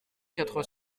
quatre